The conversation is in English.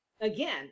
again